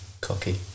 cocky